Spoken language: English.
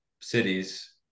cities